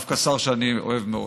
דווקא שר שאני מאוד אוהב.